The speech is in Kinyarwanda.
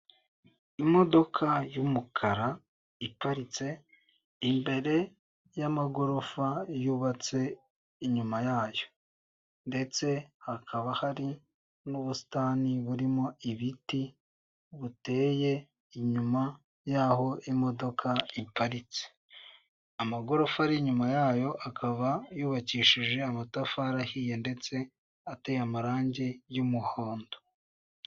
Imodoka y'umukara iparitse imbere y'amagorofa yubatse inyuma yayo ndetse hakaba hari n'ubusitani burimo ibiti buteye inyuma y'aho imodoka iparitse, amagorofa ari inyuma yayo akaba yubakishije amatafari ahiye ndetse ateye amarange y'umuhondo.